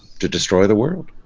to destroy the world.